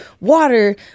water